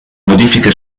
modifiche